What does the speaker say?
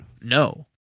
no